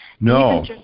No